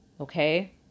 Okay